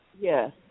Yes